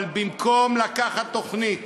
במקום לקחת תוכנית